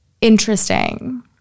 interesting